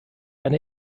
eine